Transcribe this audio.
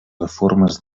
reformes